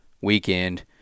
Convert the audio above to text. weekend